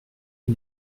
lès